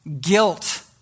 guilt